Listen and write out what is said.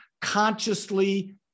consciously